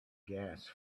gas